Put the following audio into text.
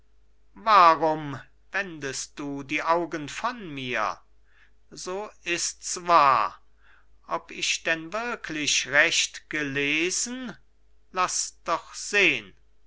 warum wendest du die augen von mir so ists wahr ob ich denn wirklich recht gelesen laß doch sehn